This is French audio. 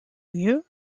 mieux